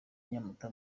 nyamata